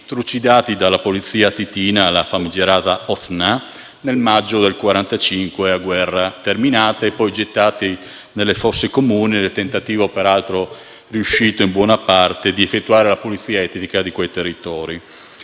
trucidati dalla polizia titina, la famigerata Ozna, nel maggio del 1945, a guerra terminata, e poi gettati nelle fosse comuni nel tentativo, peraltro riuscito in buona parte, di effettuare la pulizia etnica di quei territori.